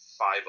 five